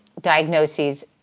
diagnoses